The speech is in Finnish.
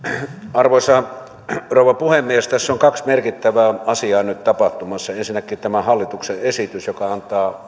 arvoisa rouva puhemies tässä on kaksi merkittävää asiaa nyt tapahtumassa ensinnäkin tämä hallituksen esitys joka antaa